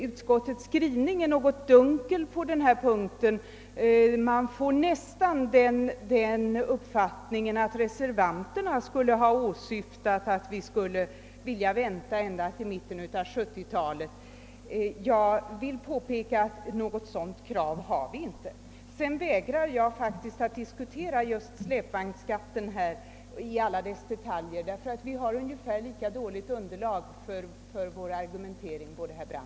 Utskottets skriv ning är något dunkel så man får nästan den uppfattningen, att reservanterna skulle ha åsyftat att vi borde vänta till mitten av 1970-talet. Jag vill återigen stryka under, trots att jag gjorde detta i mitt första anförande, att något sådant krav har vi inte. Sedan vägrar jag faktiskt att diskutera just släpvagnsskatten i alla dess detaljer, ty både herr Brandt och jag har ungefär lika dåligt underlag för vår argumentering i den frågan.